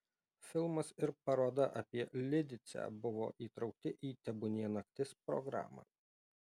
filmas ir paroda apie lidicę buvo įtraukti į tebūnie naktis programą